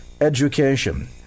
education